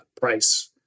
price